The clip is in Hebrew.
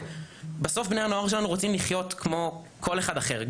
ובסוף בני הנוער שלנו רוצים לחיות כמו כל אחד אחר,